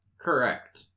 Correct